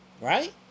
Right